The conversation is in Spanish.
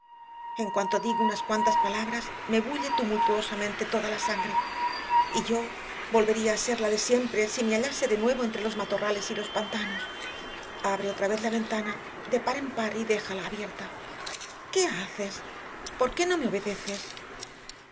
en cuanto digo unas cuantas palabras me bulle tumultuosamente toda la sangre y yo volvería a ser la de siempre si me hallase de nuevo entre los matorrales y los pantanos abre otra vez la ventana de par en par y déjala abierta qué haces por qué no me obedeces